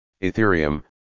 Ethereum